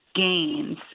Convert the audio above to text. gains